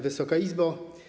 Wysoka Izbo!